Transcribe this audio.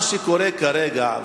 מה שקורה כרגע,